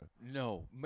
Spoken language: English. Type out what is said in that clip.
no